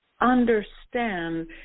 understand